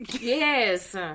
Yes